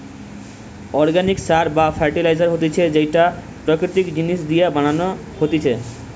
organic সার বা fertiliser হতিছে যেইটো প্রাকৃতিক জিনিস দিয়া বানানো হতিছে